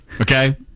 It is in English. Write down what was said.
Okay